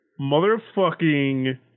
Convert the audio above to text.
motherfucking